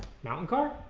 mountain car